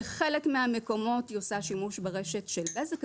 בחלק מהמקומות היא עושה שימוש ברשת של בזק,